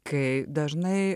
kai dažnai